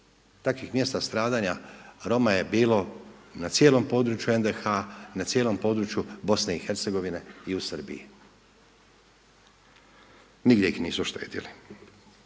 takvih mjesta stradanja Roma je bilo na cijelom području NDH na cijelom području BiH i u Srbiji. Nigdje ih nisu štedili.